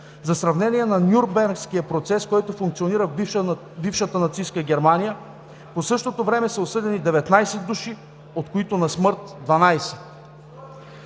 За сравнение, на Нюрнбергския процес, който функционира в бившата нацистка Германия, по същото време са осъдени 19 души, от които на смърт – 12.